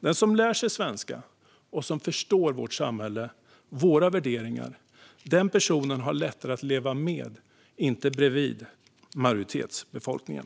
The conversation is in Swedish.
Den som lär sig svenska och som förstår vårt samhälle och våra värderingar har lättare att leva med - inte bredvid - majoritetsbefolkningen.